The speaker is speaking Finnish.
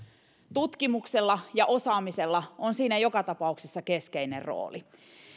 tutkimuksella ja osaamisella on siinä joka tapauksessa keskeinen rooli